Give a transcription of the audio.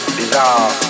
bizarre